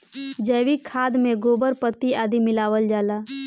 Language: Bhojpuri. जैविक खाद में गोबर, पत्ती आदि मिलावल जाला